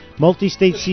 Multi-state